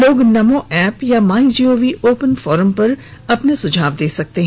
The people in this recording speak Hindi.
लोग नमो ऐप या माईगोव ओपन फोरम में अपने सुझाव दे सकते हैं